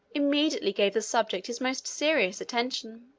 immediately gave the subject his most serious attention.